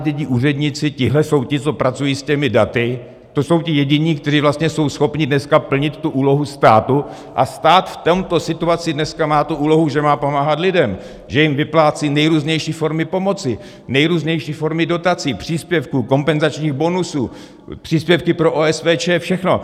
Tihle nenávidění úředníci, tihle jsou ti, co pracují s těmi daty, to jsou ti jediní, kteří vlastně jsou schopni dneska plnit tu úlohu státu, a stát v této situaci dneska má tu úlohu, že má pomáhat lidem, že jim vyplácí nejrůznější formy pomoci, nejrůznější formy dotací, příspěvků, kompenzačních bonusů, příspěvky pro OSVČ, všechno!